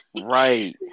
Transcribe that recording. Right